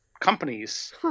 companies